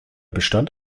bestand